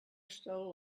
stole